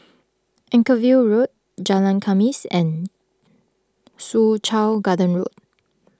Anchorvale Road Jalan Khamis and Soo Chow Garden Road